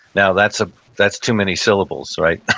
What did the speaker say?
now that's ah that's too many syllables, right,